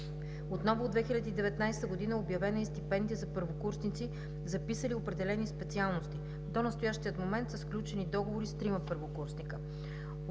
Отново през 2019 г. е обявена стипендия за първокурсници, записали определени специалности. До настоящия момент са сключени договори с трима първокурсници.